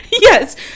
yes